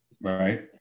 Right